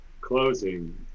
closing